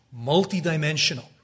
multidimensional